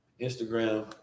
Instagram